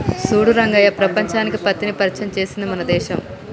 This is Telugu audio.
చూడు రంగయ్య ప్రపంచానికి పత్తిని పరిచయం చేసింది మన దేశం